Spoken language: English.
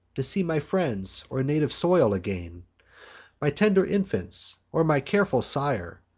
to see my friends, or native soil, again my tender infants, or my careful sire,